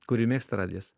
kurį mėgsta radijas